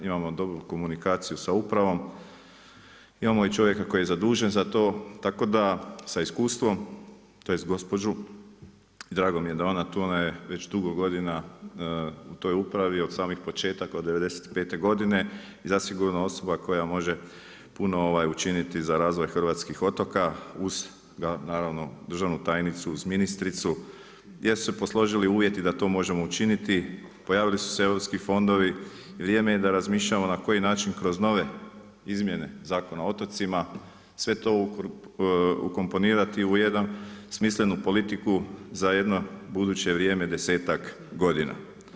Imamo dobru komunikaciju sa upravom, imamo i čovjeka koji je zadužen za to sa iskustvom, tj. gospođu i drago mi je da je ona tu, ona je već dugo godina u toj upravi, od samih početaka, od '95. godine, i zasigurno osoba koja može puno učinit za razvoj hrvatskih otoka uz naravno državnu tajnicu, uz ministricu, gdje su se posložili uvjeti da to možemo učiniti, pojavili su se europski fondovi, vrijeme je da razmišljamo na koji način kroz nove izmjene Zakona o otocima sve to ukomponirati u jednu smislenu politiku za jedno buduće vrijeme desetak godina.